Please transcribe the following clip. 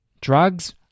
drugs